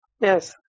yes